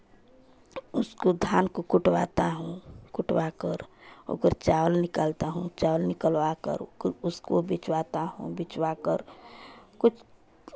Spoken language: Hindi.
उसको धान को कुटवाता हूँ कुटवा कर ओकर चावल निकालता हूँ चावल निकलवाकर ओकर उसको बिचवाता हूँ बिचवाकर कुछ